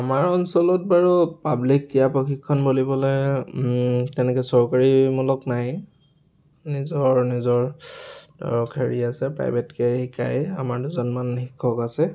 আমাৰ অঞ্চলত বাৰু পাবলিক ক্ৰিয়া প্ৰশিক্ষণ বুলিবলে তেনেকৈ চৰকাৰীমূলক নাই নিজৰ নিজৰ ধৰক হেৰি আছে প্ৰাইভেটকৈ শিকায় আমাৰ দুজনমান শিক্ষক আছে